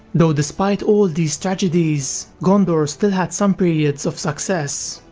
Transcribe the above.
though despite all these tragedies, gondor still had some periods of success.